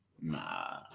nah